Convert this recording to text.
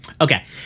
Okay